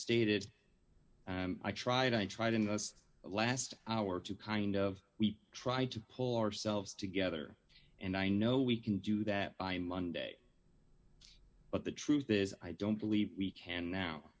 stated i tried i tried in this last hour to kind of we try to pull ourselves together and i know we can do that by monday but the truth is i don't believe we can now